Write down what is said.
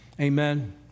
Amen